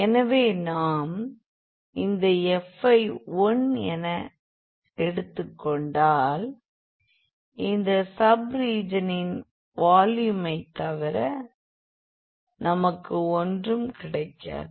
எனவே நாம் இந்த f ஐ 1 என எடுத்துக்கொண்டால் இந்த சப் ரீஜனின் வால்யூமை தவிர நமக்கு ஒன்றும் கிடைக்காது